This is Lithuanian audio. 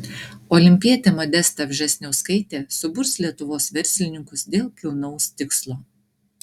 olimpietė modesta vžesniauskaitė suburs lietuvos verslininkus dėl kilnaus tikslo